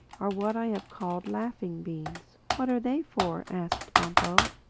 are what i have called laughing-beans. what are they for? asked bumpo.